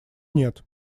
нет